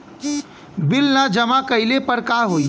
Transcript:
Bill न जमा कइले पर का होई?